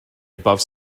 above